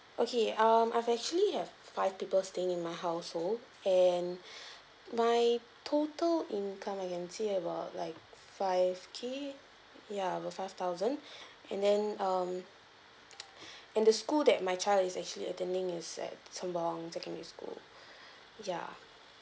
okay um I've actually have five people staying in my household and my total income I can say about like five K ya about five thousand and then um and the school that my child is actually attending is at sembawang secondary school ya